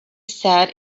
sat